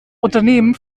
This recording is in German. unternehmen